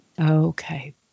Okay